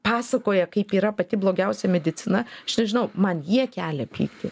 pasakoja kaip yra pati blogiausia medicina aš nežinau man jie kelia pyktį